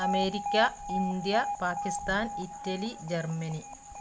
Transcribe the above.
America India Pakistan Italy Germany